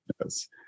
Yes